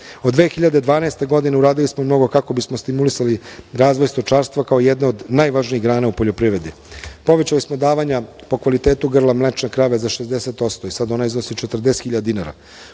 2012. godine uradili smo mnogo kako bismo stimulisali razvoj stočarstva, kao jedne od najvažnijih grana u poljoprivredi. Povećali smo davanja po kvalitetu grla mlečne krave za 60% i sad ona iznosi 40.000 dinara,